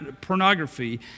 pornography